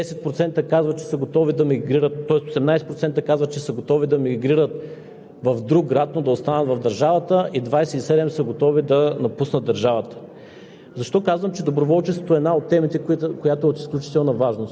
Това, което наблюдаваме тази година обаче, е, че 43% от младите хора казват, че ще останат да живеят в мястото, в което живеят и в момента; 10% казват, че са готови да мигрират; тоест 18% казват, че са готови да мигрират